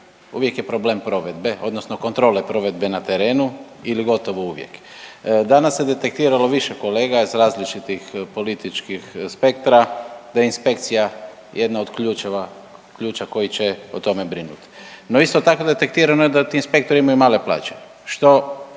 uvijek je problem provedbe odnosno kontrole provedbe na terenu ili gotovo uvijek. Danas se detektiralo više kolega iz različitih političkih spektra da inspekcija je jedna od ključeva, ključa koji će o tome brinuti. No, isto tako detektirano je da ti inspektori imaju male plaće,